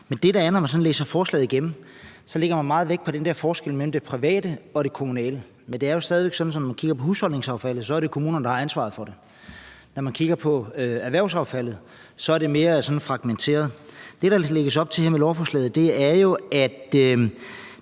Men når vi sådan læser forslaget igennem, ser vi, at man lægger meget vægt på den der forskel mellem det private og det kommunale. Men det er jo stadig væk sådan, at det, når man kigger på husholdningsaffaldet, er kommunerne, der har ansvaret for det. Når man kigger på erhvervsaffaldet, er det mere sådan fragmenteret. Det, der lægges op til her med lovforslaget, er jo, at